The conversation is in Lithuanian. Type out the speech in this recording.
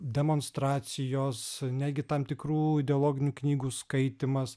demonstracijos netgi tam tikrų ideologinių knygų skaitymas